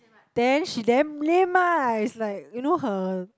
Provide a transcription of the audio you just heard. then she damn lame lah is like you know her